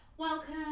welcome